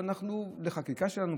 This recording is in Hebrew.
לחקיקה שלנו,